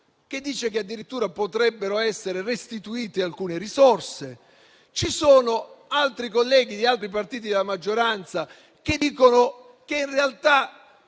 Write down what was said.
che dicono che addirittura potrebbero essere restituite alcune risorse. Altri colleghi di altri partiti della maggioranza dicono che in realtà